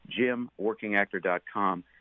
JimWorkingActor.com